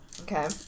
Okay